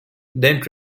dent